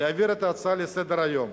להעביר להצעה לסדר-היום.